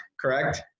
correct